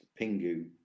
Pingu